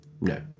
no